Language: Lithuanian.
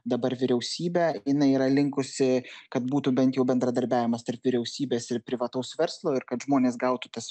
dabar vyriausybę jinai yra linkusi kad būtų bent jau bendradarbiavimas tarp vyriausybės privataus verslo ir kad žmonės gautų tas